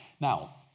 Now